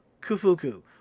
Kufuku